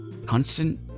Constant